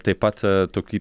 taip pat tokį